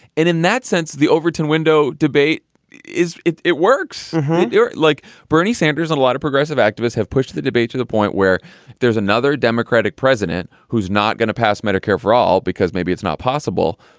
and in that sense, the overton window debate is it it works yeah like bernie sanders on. a lot of progressive activists have pushed the debate to the point where there's another democratic president who's not going to pass medicare for all, because maybe it's not possible.